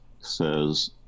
says